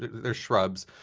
they're shrubs,